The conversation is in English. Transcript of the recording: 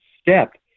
step